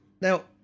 now